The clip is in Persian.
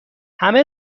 همه